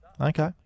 Okay